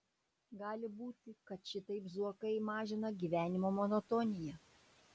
gali būti kad šitaip zuokai mažina gyvenimo monotoniją